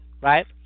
right